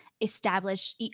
establish